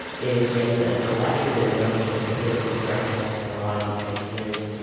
is the idea of collectivism, which, i think, political correctness and a lot of these ideas,